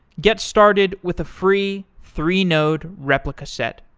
get started with a free three-node replica set,